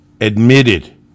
admitted